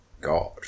God